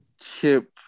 Chip